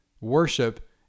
worship